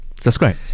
subscribe